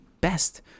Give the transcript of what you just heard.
best